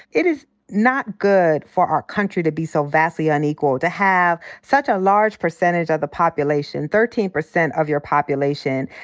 it is not good for our country to be so vastly unequal, to have such a large percentage of the population, thirteen percent of your population,